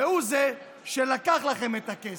והוא זה שלקח לכם את הכסף.